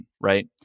Right